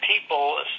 people